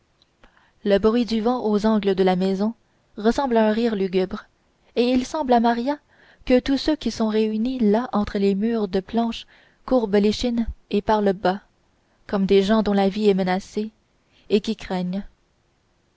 le bruit du vent aux angles de la maison ressemble à un rire lugubre et il semble à maria que tous ceux qui sont réunis là entre les murs de planches courbent l'échine et parlent bas comme des gens dont la vie est menacée et qui craignent